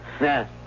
Yes